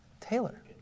Taylor